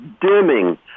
dimming